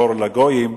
אור לגויים,